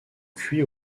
cuit